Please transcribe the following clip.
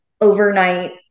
overnight